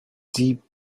deep